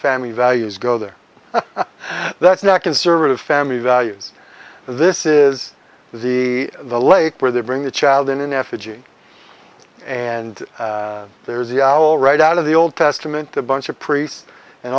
family values go there that's not conservative family values this is the the lake where they bring the child in an effigy and there's youall right out of the old testament a bunch of priests and